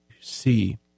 see